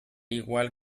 igual